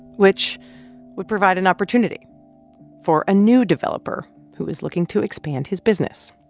which would provide an opportunity for a new developer who was looking to expand his business,